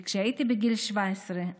בגיל 17,